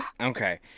Okay